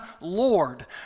Lord